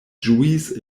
ĝuis